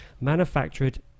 manufactured